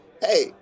Hey